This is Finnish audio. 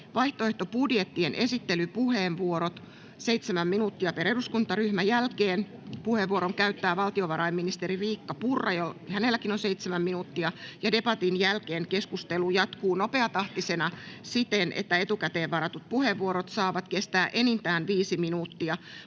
Vaihtoehtobudjettien esittelypuheenvuorojen jälkeen, seitsemän minuuttia per eduskuntaryhmä, puheenvuoron käyttää valtiovarainministeri Riikka Purra, ja hänelläkin on seitsemän minuuttia. Debatin jälkeen keskustelu jatkuu nopeatahtisena siten, että etukäteen varatut puheenvuorot saavat kestää enintään viisi minuuttia.